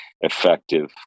effective